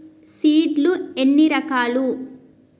Seed లు ఎన్ని రకాలు?